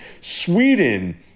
Sweden